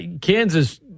Kansas